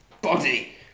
body